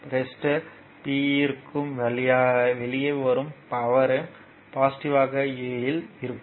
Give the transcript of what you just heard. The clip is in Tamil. ரெசிஸ்டர் இருந்து வெளியே வரும் பவர்யும் பொசிட்டிவ்யாக ல் இருக்கும்